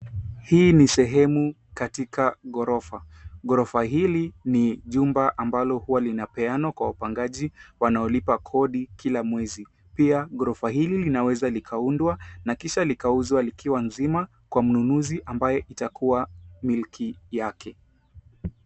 Hii ni sehemu katika ghorofa. Ghorofa hili ni jumba ambalo huwa linapeanwa kwa upangaji wanaolipa kodi kila mwezi. Pia ghorofa hili linaweza likaundwa na kisha likauzwa likiwa nzima kwa mnunuzi ambaye itakuwa milki yake.